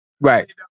right